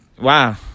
wow